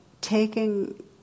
taking